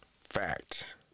Fact